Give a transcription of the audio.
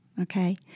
Okay